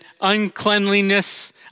uncleanliness